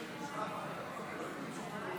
אני קובע כי הצעת חוק אסטרטגית הביטחון הלאומי,